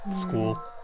School